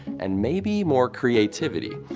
and maybe more creativity.